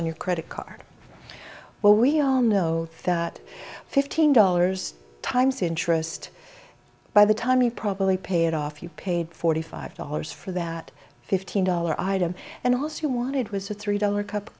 on your credit card well we all know that fifteen dollars times interest by the time you probably pay it off you paid forty five dollars for that fifteen dollar item and also you wanted was a three dollar cup of